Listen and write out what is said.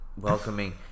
Welcoming